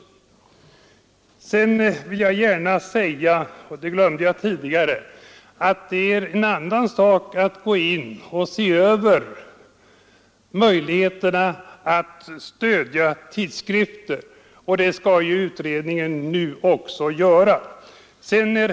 Dessutom vill jag framhålla — vilket jag nämnde tidigare — att utredningen nu skall se över möjligheterna att också ge stöd åt tidskrifter.